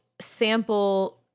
sample